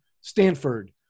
Stanford